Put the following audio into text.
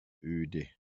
öde